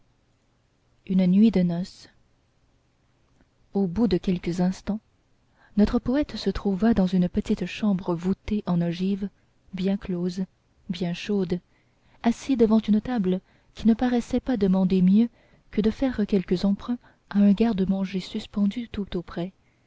une nuit de noces au bout de quelques instants notre poète se trouva dans une petite chambre voûtée en ogive bien close bien chaude assis devant une table qui ne paraissait pas demander mieux que de faire quelques emprunts à un garde-manger suspendu tout auprès